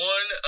One